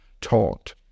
taught